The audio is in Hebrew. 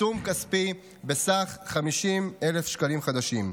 עיצום כספי בסך 50,000 שקלים חדשים.